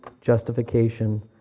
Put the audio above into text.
justification